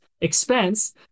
expense